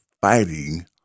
fighting